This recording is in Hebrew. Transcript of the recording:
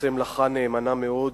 שעושה מלאכה נאמנה מאוד,